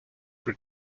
for